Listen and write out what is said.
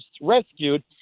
rescued